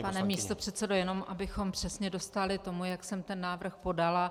Pane místopředsedo, jenom abychom přesně dostáli tomu, jak jsem ten návrh podala.